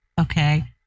Okay